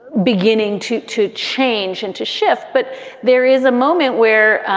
beginning to to change and to shift, but there is a moment where